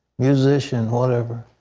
musician, whatever,